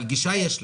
אבל גישה יש לו.